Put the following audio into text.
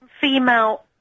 Female